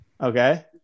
Okay